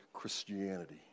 Christianity